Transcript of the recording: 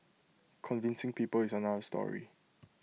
convincing people is another story